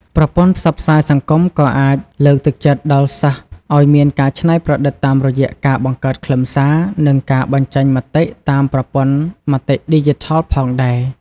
ប្រព័ន្ធផ្សព្វផ្សាយសង្គមក៏អាចលើកទឹកចិត្តដល់សិស្សឱ្យមានការច្នៃប្រឌិតតាមរយៈការបង្កើតខ្លឹមសារ និងការបញ្ចេញមតិតាមប្រព័ន្ធមតិឌីជីថលផងដែរ។